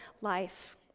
life